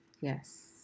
Yes